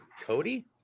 Cody